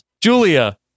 Julia